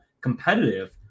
competitive